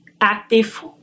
active